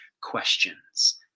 questions